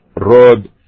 road